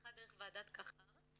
אחד דרך ועדת קח"ר,